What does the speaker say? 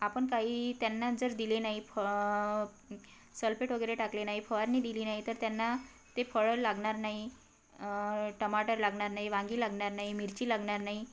आपण काही त्यांना जर दिले नाही फ सलपेट वगैरे टाकले नाही फवारणी दिली नाही तर त्यांना ते फळं लागणार नाही टमाटर लागणार नाही वांगी लागणार नाही मिरची लागणार नाही